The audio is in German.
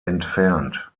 entfernt